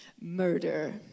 murder